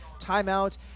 timeout